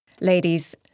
Ladies